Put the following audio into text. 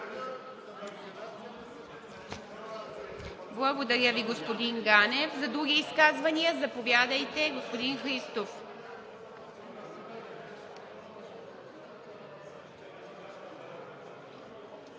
Благодаря Ви, господин Ганев. Други изказвания? Заповядайте, господин Христов.